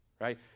right